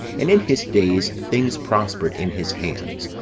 and in his days things prospered in his hands,